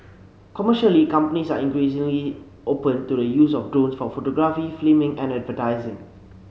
commercially companies are increasingly open to the use of drones for photography filming and advertising